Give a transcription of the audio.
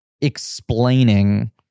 explaining